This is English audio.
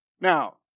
Now